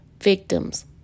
victims